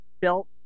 built